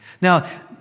Now